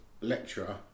lecturer